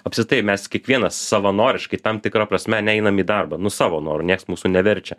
apskritai mes kiekvienas savanoriškai tam tikra prasme ane einam į darbą nu savo noru nieks mūsų neverčia